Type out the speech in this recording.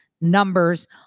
numbers